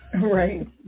Right